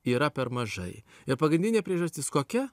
yra per mažai ir pagrindinė priežastis kokia